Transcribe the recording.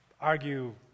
argue